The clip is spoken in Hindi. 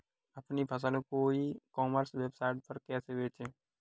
अपनी फसल को ई कॉमर्स वेबसाइट पर कैसे बेचें?